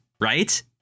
right